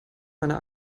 meine